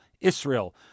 Israel